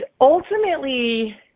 ultimately